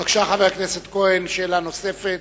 בבקשה, חבר הכנסת כהן, שאלה נוספת.